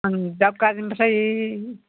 आं दादगारिनिफ्राय